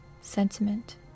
sentiment